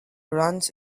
runs